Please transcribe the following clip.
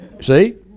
See